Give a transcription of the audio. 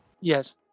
Yes